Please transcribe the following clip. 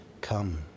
Come